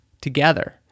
together